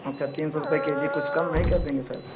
अच्छा तीन सौ रुपए के जी कुछ कम नहीं कर देंगे सर